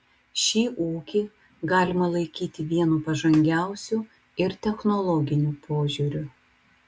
šį ūkį galima laikyti vienu pažangiausių ir technologiniu požiūriu